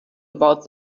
about